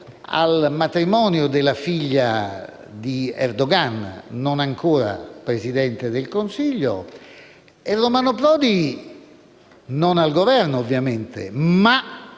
al matrimonio della figlia di Erdogan (non ancora Presidente del Consiglio) e Romano Prodi (non al Governo ovviamente, ma